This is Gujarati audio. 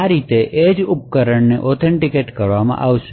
આ રીતે એજ ઉપકરણને ઓથેન્ટિકેટ કરવામાં આવશે